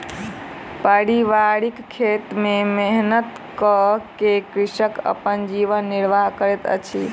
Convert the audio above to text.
पारिवारिक खेत में मेहनत कअ के कृषक अपन जीवन निर्वाह करैत अछि